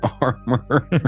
armor